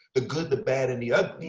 the good, the bad, and the ugly.